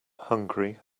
hungary